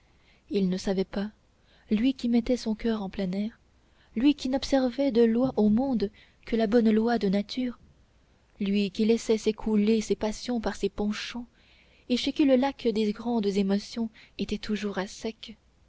il ne savait pas lui qui mettait son coeur en plein air lui qui n'observait de loi au monde que la bonne loi de nature lui qui laissait s'écouler ses passions par ses penchants et chez qui le lac des grandes émotions était toujours à sec